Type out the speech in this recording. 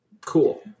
Cool